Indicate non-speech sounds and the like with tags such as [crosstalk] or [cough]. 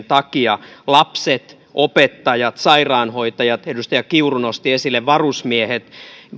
[unintelligible] takia lapset opettajat sairaanhoitajat edustaja kiuru nosti esille varusmiehet